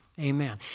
Amen